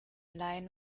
laien